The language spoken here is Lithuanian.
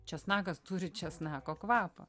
česnakas turi česnako kvapą